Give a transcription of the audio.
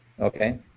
Okay